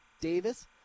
Davis